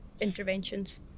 interventions